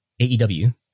AEW